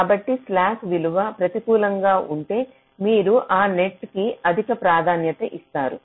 కాబట్టి స్లాక్ విలువ ప్రతికూలంగా ఉంటే మీరు ఆ నెట్ కి అధిక ప్రాధాన్యత ఇస్తారు